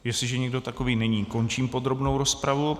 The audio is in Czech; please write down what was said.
Jestliže nikdo takový není, končím podrobnou rozpravu.